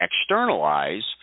externalize